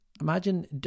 imagine